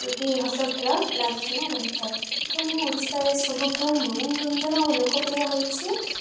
ଏଠି ହସ ଖେଳ ଲାଗିକିନା ରହିଥାଏ ତ ଆମ ଓଡ଼ିଶାରେ ସବୁଠୁ ମନୋରଞ୍ଜନ ଓ ଲୋକପ୍ରିୟ ହେଉଛି